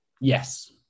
Yes